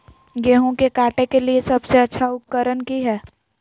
गेहूं के काटे के लिए सबसे अच्छा उकरन की है?